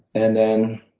and then,